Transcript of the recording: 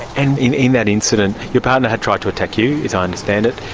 and in in that incident your partner had tried to attack you, as i understand it,